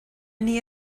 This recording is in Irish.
naoi